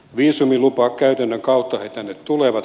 viisumilupakäytännön kautta he tänne tulevat